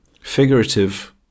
figurative